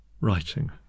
writing